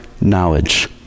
knowledge